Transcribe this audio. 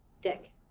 Dick